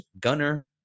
Gunner